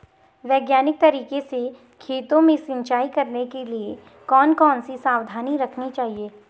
वैज्ञानिक तरीके से खेतों में सिंचाई करने के लिए कौन कौन सी सावधानी रखनी चाहिए?